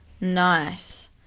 Nice